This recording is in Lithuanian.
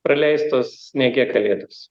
praleistos sniege kalėdos